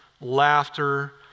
laughter